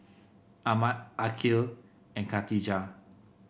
Ahmad Aqil and Khatijah